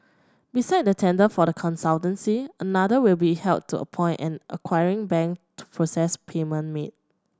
besides the tender for the consultancy another will be held to appoint an acquiring bank to process payment made